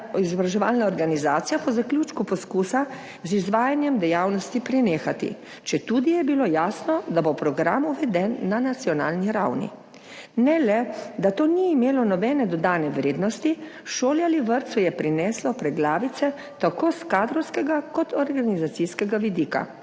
vzgojno-izobraževalna organizacija po zaključku poskusa z izvajanjem dejavnosti prenehati, četudi je bilo jasno, da bo program uveden na nacionalni ravni. Ne le, da to ni imelo nobene dodane vrednosti, šoli ali vrtcu je prineslo preglavice tako s kadrovskega kot organizacijskega vidika,